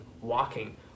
walking